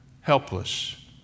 Helpless